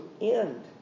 end